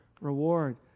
reward